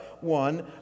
one